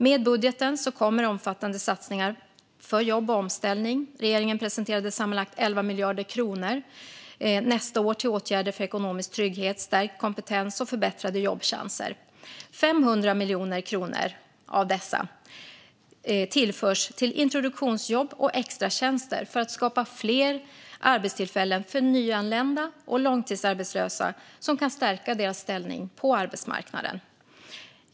Med budgeten kommer omfattande satsningar för jobb och omställning. Regeringen har presenterat sammanlagt 11 miljarder kronor för nästa år till åtgärder för ekonomisk trygghet, stärkt kompetens och förbättrade jobbchanser. Av dessa tillförs 500 miljoner till introduktionsjobb och extratjänster för att skapa fler arbetstillfällen för nyanlända och långtidsarbetslösa som kan stärka deras ställning på arbetsmarknaden.